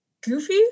goofy